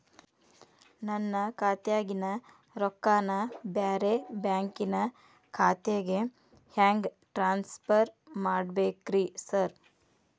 ನನ್ನ ಖಾತ್ಯಾಗಿನ ರೊಕ್ಕಾನ ಬ್ಯಾರೆ ಬ್ಯಾಂಕಿನ ಖಾತೆಗೆ ಹೆಂಗ್ ಟ್ರಾನ್ಸ್ ಪರ್ ಮಾಡ್ಬೇಕ್ರಿ ಸಾರ್?